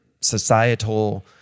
societal